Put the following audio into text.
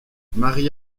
marie